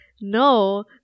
no